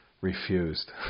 refused